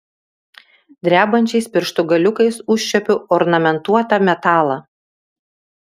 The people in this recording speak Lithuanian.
drebančiais pirštų galiukais užčiuopiu ornamentuotą metalą